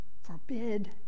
forbid